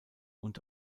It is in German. und